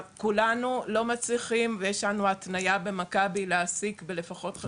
כולנו לא מצליחים ויש לנו התניה במכבי להעסיק בלפחות חצי משרה.